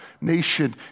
nation